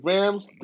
Rams